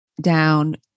down